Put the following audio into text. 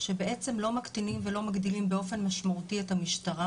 שבעצם לא מקטינים ולא מגדילים באופן משמעותי את המשטרה.